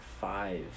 five